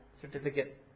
certificate